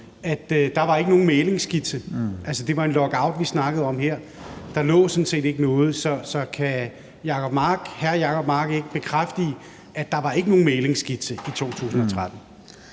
ikke var nogen mæglingsskitse? Det var en lockout, vi snakkede om; der lå sådan set ikke noget. Så kan hr. Jacob Mark ikke bekræfte, at der ikke var nogen mæglingsskitse i 2013?